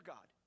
God